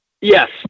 yes